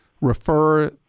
refer